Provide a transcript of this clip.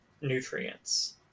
nutrients